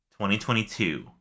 2022